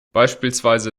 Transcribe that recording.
beispielsweise